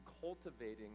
cultivating